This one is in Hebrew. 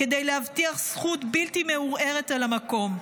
כדי להבטיח זכות בלתי מעורערת על המקום.